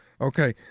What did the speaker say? okay